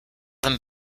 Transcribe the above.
them